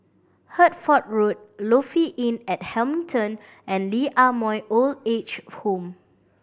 Hertford Road Lofi Inn at Hamilton and Lee Ah Mooi Old Age Home